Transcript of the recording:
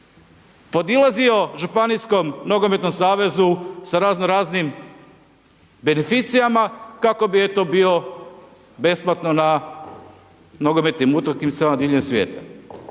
podilazio županijskom nogometnom savezu, sa razno raznim beneficijama, kako bi eto bio besplatno na nogometnim utakmicama diljem svijeta.